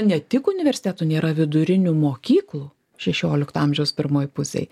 ne tik universitetų nėra vidurinių mokyklų šešiolikto amžiaus pirmoj pusėj